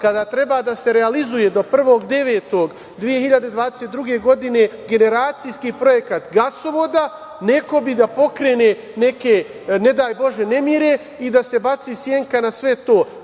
kada treba da se realizuje do 01.09.2022. godine generacijskih projekat Gasovoda, neko bi da pokrene neke ne daj Bože nemire i da se baci senka na sve